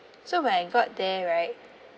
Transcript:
so when I got there right